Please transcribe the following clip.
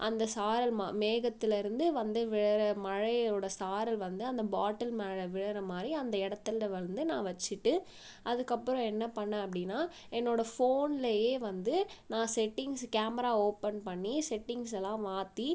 அந்த சாரல் ம மேகத்தில் இருந்து வந்து விழுகிற மழையோடய சாரல் வந்து அந்த பாட்டில் மேலே விழுகிற மாதிரி அந்த இடத்தில் வந்து நான் வச்சுட்டு அதுக்கப்புறம் என்ன பண்ணிணேன் அப்படின்னா என்னோடய ஃபோன்லையே வந்து நான் செட்டிங்ஸு கேமரா ஓப்பன் பண்ணி செட்டிங்ஸ் எல்லாம் மாற்றி